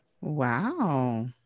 Wow